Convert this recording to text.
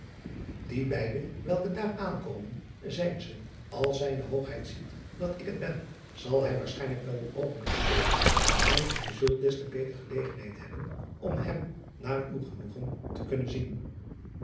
ie beide welke daar aankomen zijn ze ls zijne oogheid ziet dat ik het ben zal hij waarschijnlijk wel een oogenblik stilhouden en gij zult des te beter gelegenheid hebben om hem naar uw genoegen te kunnen zien